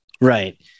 Right